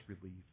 relief